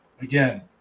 again